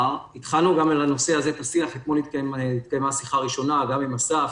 התחלנו את השיח על הנושא הזה ואתמול התקיימה שיחה ראשונה גם עם אסף